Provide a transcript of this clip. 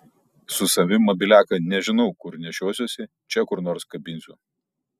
su savimi mobiliaką nežinau kur nešiosiuosi čia kur nors kabinsiu